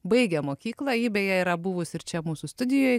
baigia mokyklą ji beje yra buvusi ir čia mūsų studijoj